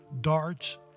darts